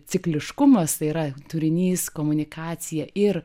cikliškumas tai yra turinys komunikacija ir